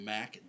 Mac